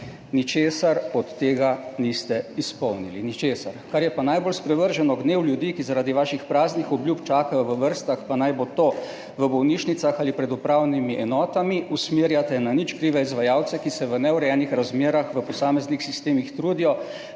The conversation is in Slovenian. Ničesar od tega niste izpolnili. Ničesar. Kar je pa najbolj sprevrženo, gnev ljudi, ki zaradi vaših praznih obljub čakajo v vrstah, pa naj bo to v bolnišnicah ali pred upravnimi enotami, usmerjate na nič krive izvajalce, ki se v neurejenih razmerah v posameznih sistemih trudijo,